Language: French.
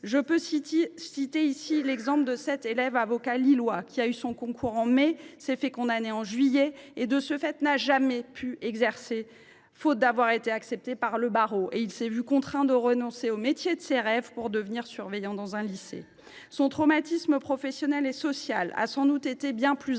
Je veux citer ici l’exemple de cet élève avocat lillois qui, ayant réussi son concours en mai, s’est vu condamné en juillet et, de ce fait, n’a jamais pu exercer, faute d’avoir été accepté par le barreau. Il a donc été contraint de renoncer au métier de ses rêves pour devenir surveillant dans un lycée. Son traumatisme professionnel et social a sans doute été bien plus important